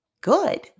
good